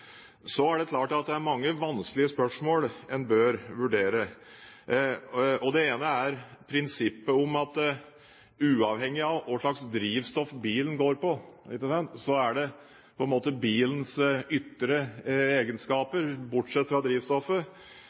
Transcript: Så er det klart at det er mange vanskelige spørsmål en bør vurdere. Det ene er prinsippet om at uavhengig av hva slags drivstoff bilen går på, så er det på en måte bilens ytre egenskaper, bortsett fra drivstoffet,